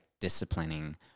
disciplining